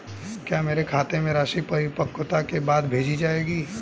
क्या मेरे खाते में राशि परिपक्वता के बाद भेजी जाएगी?